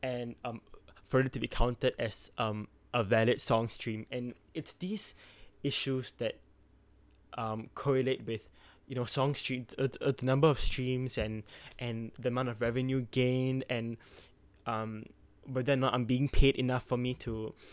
and um for them to be counted as um a valid song stream and is these issues that um correlate with you know song stream uh uh the number of streams and and the amount of revenue gained and um but they are not um being paid enough for me to